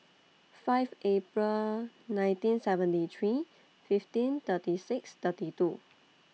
five April nineteen seventy three fifteen thirty six thirty two